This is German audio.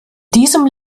diesem